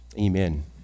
Amen